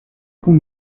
con